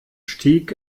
stieg